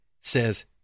says